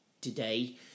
today